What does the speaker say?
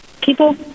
people